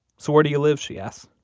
so where do you live, she asks?